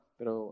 Pero